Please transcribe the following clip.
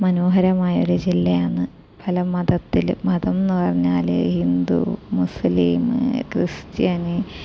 മനോഹരമായ ഒരു ജില്ലയാണ് പല മതത്തില് മതം എന്ന് പറഞ്ഞാല് ഹിന്ദു മുസ്ലിംമ് ക്രിസ്ത്യാനി